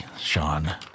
sean